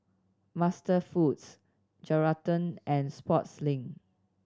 MasterFoods Geraldton and Sportslink